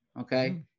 Okay